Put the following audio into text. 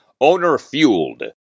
owner-fueled